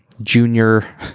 Junior